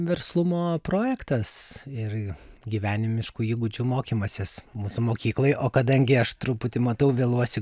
verslumo projektas ir gyvenimiškų įgūdžių mokymasis mūsų mokykloj o kadangi aš truputį matau vėluosiu